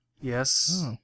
Yes